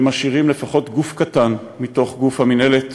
ומשאירים לפחות גוף קטן מתוך גוף המינהלת